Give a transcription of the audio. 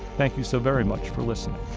thank you so very much for listening